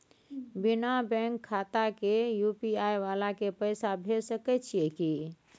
बिना बैंक खाता के यु.पी.आई वाला के पैसा भेज सकै छिए की?